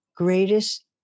greatest